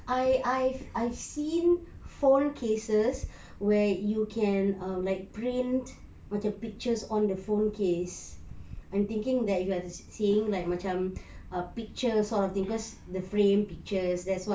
I I've I seen phone cases where you can um like print macam pictures on the phone case I'm thinking that you are saying like macam a picture sort of thinkers the frame pictures that's what